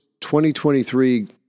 2023